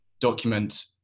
document